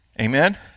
Amen